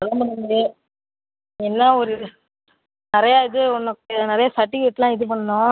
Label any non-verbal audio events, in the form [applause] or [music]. [unintelligible] என்ன ஒரு நிறையா இது உனக்கு நிறையா சர்ட்டிவிகேட்ஸ்லாம் இது பண்ணும்